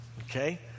Okay